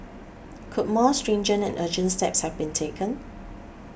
could more stringent and urgent steps have been taken